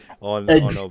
on